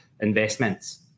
investments